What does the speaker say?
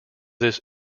this